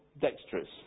dexterous